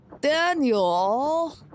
Daniel